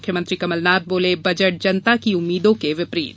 मुख्यमंत्री कमलनाथ बोले बजट जनता की उम्मीदों के विपरीत